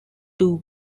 two